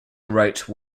wrote